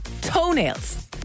toenails